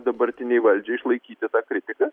dabartinei valdžiai išlaikyti tą kritiką